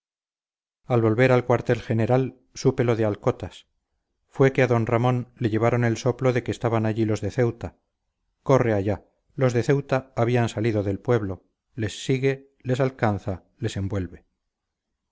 al volver al cuartel general supe lo de alcotas fue que a d ramón le llevaron el soplo de que estaban allí los de ceuta corre allá los de ceuta habían salido del pueblo les sigue les alcanza les envuelve